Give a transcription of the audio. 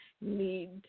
need